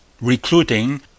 recruiting